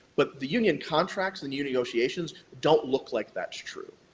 but the union contracts, the new negotiations, don't look like that's true.